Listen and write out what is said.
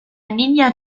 niña